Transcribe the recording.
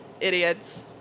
Idiots